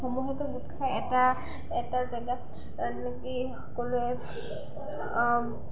সমূহকৈ গোট খাই এটা এটা জেগাত নেকি সকলোৱে